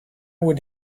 would